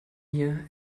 mir